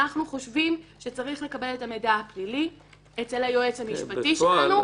אנחנו חושבים שצריך להתקבל המידע הפלילי אצל היועץ המשפטי שלנו,